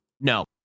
No